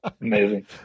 amazing